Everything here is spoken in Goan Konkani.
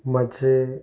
मातशें